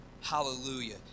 Hallelujah